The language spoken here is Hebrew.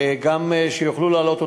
שאוטובוסים יוכלו לעלות.